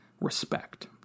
respect